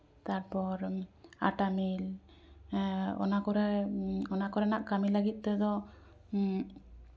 ᱛᱟᱨᱯᱚᱨ ᱟᱴᱟ ᱢᱤᱞ ᱚᱱᱟ ᱠᱚᱨᱮ ᱚᱱᱟ ᱠᱚᱨᱮᱱᱟᱜ ᱠᱟᱹᱢᱤ ᱞᱟᱹᱜᱤᱫ ᱛᱮᱫᱚ